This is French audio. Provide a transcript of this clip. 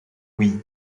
oui